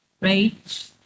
right